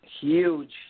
huge